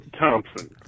Thompson